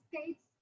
states